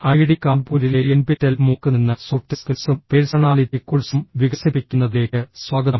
IIT കാൺപൂരിലെ NPTEL MOOC നിന്ന് soft സ്കിൽസും പേഴ്സണാലിറ്റി കോഴ്സും വികസിപ്പിക്കുന്നതിലേക്ക് സ്വാഗതം